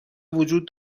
وجود